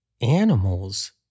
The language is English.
Animals